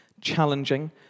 challenging